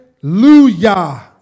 Hallelujah